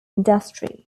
industry